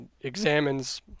examines